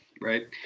right